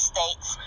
States